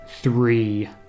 three